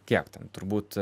kiek ten turbūt